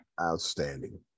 outstanding